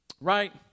right